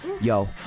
Yo